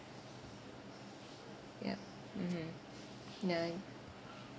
yup mmhmm ya